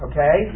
Okay